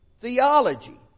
theology